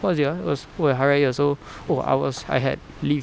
what was it ah it was oh hari raya oh I was I had leave